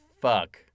fuck